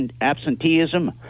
absenteeism